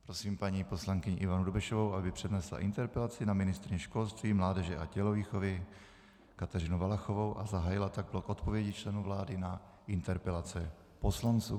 Prosím paní poslankyni Ivanu Dobešovou, aby přednesla interpelaci na ministryni školství, mládeže a tělovýchovy Kateřinu Valachovou a zahájila tak odpovědi členů vlády na interpelace poslanců.